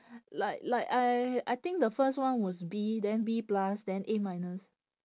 like like I I think the first one was B then B plus then A minus